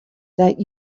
that